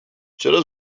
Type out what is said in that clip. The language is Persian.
چرا